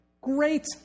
Great